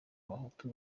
abahutu